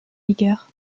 vigueur